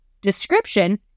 description